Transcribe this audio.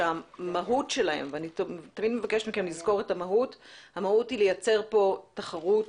שמהותם המהות היא לייצר פה תחרות,